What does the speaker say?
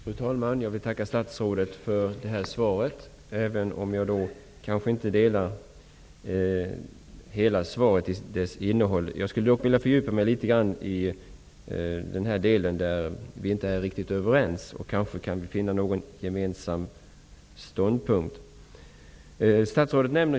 Fru talman! Jag vill tacka statsrådet för svaret, även om jag kanske inte helt delar hans uppfattning. Jag skulle vilja fördjupa mig litet just kring den del som vi inte riktigt är överens om. Kanske kan vi finna någon gemensam ståndpunkt.